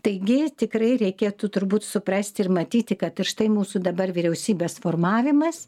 taigi tikrai reikėtų turbūt suprasti ir matyti kad ir štai mūsų dabar vyriausybės formavimas